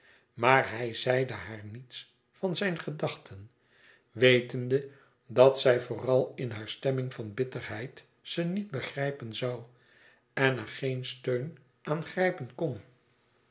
maar hij zeide haar niets van zijn gedachten wetende dat zij vooral in hare stemming van bitterheid ze niet begrijpen zoû en er geen steun aan grijpen kon